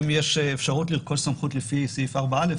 אם יש אפשרות לרכוש סמכות לפי סעיף 4א,